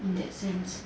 in that sense